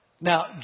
Now